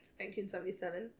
1977